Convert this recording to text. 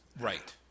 right